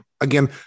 Again